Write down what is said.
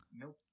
Nope